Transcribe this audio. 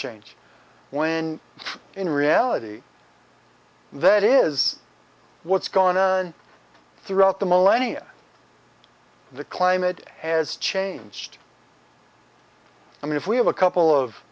change when in reality that is what's going on throughout the millennia the climate has changed i mean if we have a couple of